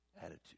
attitude